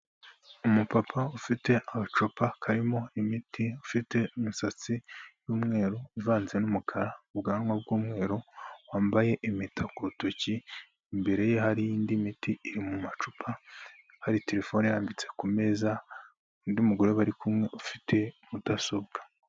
Umupapa ufite agacupa karimo imiti ufite imisatsi y'umweru ivanze n'umukara ubwanwa bw'umweru wambaye impeta kurutoki imbere ye hari indi miti iri mu macupa hari terefone irambitse ku meza undi mugore bari kumwe ufite mudasobwa.